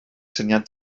syniad